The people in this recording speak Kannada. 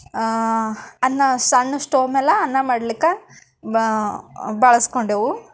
ಅನ್ನ ಸಣ್ಣ ಸ್ಟೋವ್ ಮ್ಯಾಲ ಅನ್ನ ಮಾಡ್ಲಿಕ್ಕೆ ಬಳಸ್ಕೊಂಡೆವು